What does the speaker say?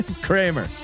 Kramer